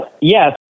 yes